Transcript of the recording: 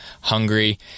hungry